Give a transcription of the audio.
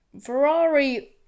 Ferrari